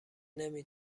نمی